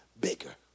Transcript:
bigger